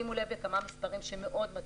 תשימו לב לכמה מספרים מאוד מטרידים.